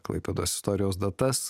klaipėdos istorijos datas